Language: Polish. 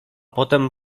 potem